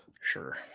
Sure